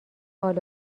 حال